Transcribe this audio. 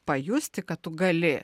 pajusti kad tu gali